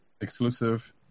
exclusive